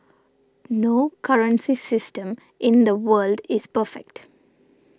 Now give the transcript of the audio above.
no currency system in the world is perfect